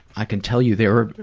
i can tell you there